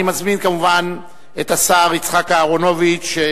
אני מזמין כמובן את השר יצחק אהרונוביץ,